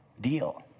deal